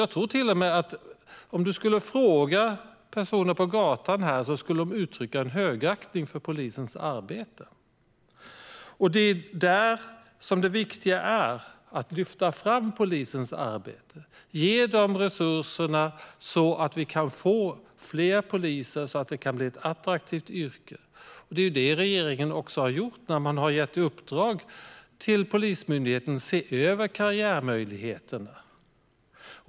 Om man skulle fråga en person på gatan tror jag att han eller hon skulle uttrycka en högaktning för polisens arbete. Det är det som är det viktiga, att lyfta fram polisens arbete, avsätta resurser så att det kan bli fler poliser och ett attraktivt yrke. Det är det som regeringen har gjort när den har gett i uppdrag åt Polismyndigheten att se över karriärmöjligheterna.